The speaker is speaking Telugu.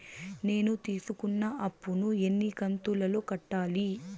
నేను తీసుకున్న అప్పు ను ఎన్ని కంతులలో కట్టాలి?